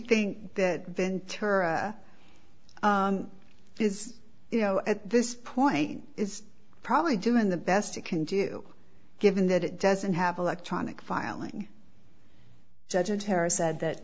think that ventura is you know at this point is probably doing the best it can do given that it doesn't have electronic filing judge a terror said that th